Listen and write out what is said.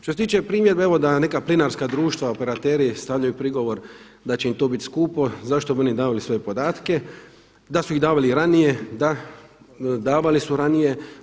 Što se tiče primjedbe da neka plinarska društva, operateri stavljaju prigovor da će im to biti skupo, zašto bi oni davali svoje podatke, da su ih davali ranije, da davali su ranije.